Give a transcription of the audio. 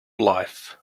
life